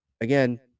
again